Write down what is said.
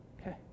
Okay